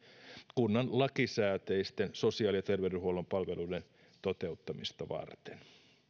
kunnan lakisääteisten sosiaali ja terveydenhuollon palveluiden toteuttamista varten